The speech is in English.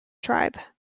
tribe